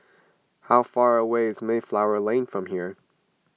how far away is Mayflower Lane from here